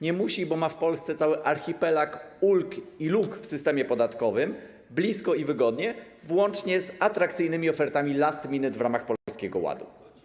Nie musi, bo ma w Polsce cały archipelag ulg i luk w systemie podatkowym - blisko i wygodnie - włącznie z atrakcyjnymi ofertami last minute w ramach Polskiego Ładu.